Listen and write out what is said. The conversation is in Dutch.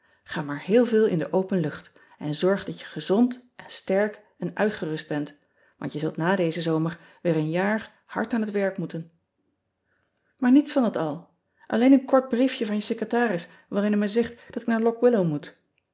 a maar heel veel in de open lucht en zorg dat je gezond en sterk en uitgerust bent want je zult na dezen zomer weer een jaar hard aan het werk moeten aar nets van dat al lleen een kort briefje van je secretaris waarin hij me zegt dat ik naar ock illow